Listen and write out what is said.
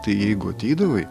tai jeigu ateidavai